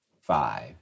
five